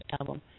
album